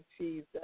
Jesus